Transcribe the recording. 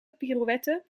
pirouette